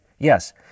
Yes